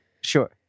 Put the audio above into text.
Sure